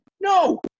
No